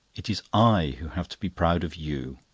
it is i who have to be proud of you.